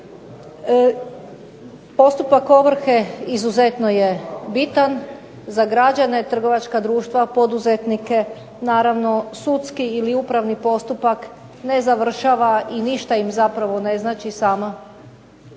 Postupak ovrhe izuzetno je bitan za građane trgovačka društva poduzetnike, naravno sudski ili upravni postupak ne završava i ništa im zapravo ne znači sama